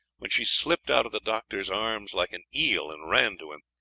when she slipped out of the doctor's arms like an eel and ran to him.